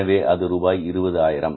எனவே அது ரூபாய் 20000